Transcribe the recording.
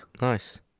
Nice